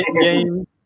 Game